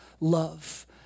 love